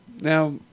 Now